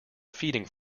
feeding